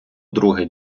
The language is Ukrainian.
друге